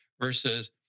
versus